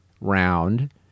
round